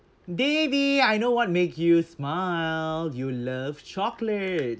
devi I know what make you smile you love chocolate